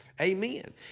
Amen